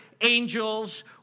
angels